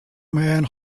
man